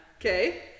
Okay